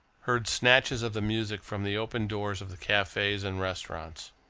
heard snatches of the music from the open doors of the cafes and restaurants.